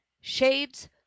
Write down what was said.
Shades